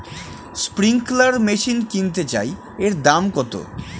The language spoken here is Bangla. স্প্রিংকলার মেশিন কিনতে চাই এর দাম কত?